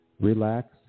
Relax